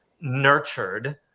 nurtured